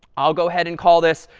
i'll go ahead and call this,